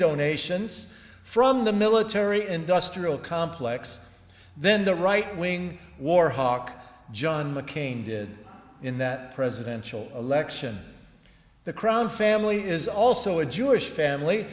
donations from the military industrial complex then the right wing war hawk john mccain did in that presidential election the crown family is also a jewish family